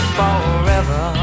forever